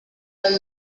dal